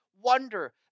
wonder